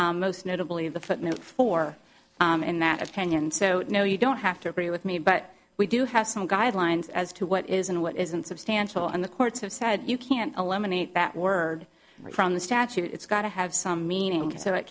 most notably the footnote for in that opinion so no you don't have to agree with me but we do have some guidelines as to what is and what isn't substantial and the courts have said you can't eliminate that word from the statute it's got to have some meaning so it